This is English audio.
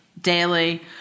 daily